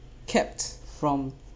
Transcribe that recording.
kept from